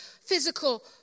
physical